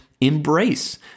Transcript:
embrace